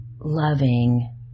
loving